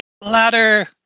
ladder